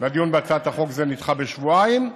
והדיון בהצעת חוק זו נדחה בשבועיים.